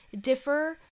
differ